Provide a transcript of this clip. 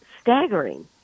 staggering